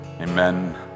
Amen